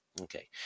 Okay